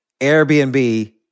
Airbnb